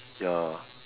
ya